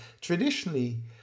traditionally